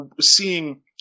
seeing